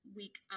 week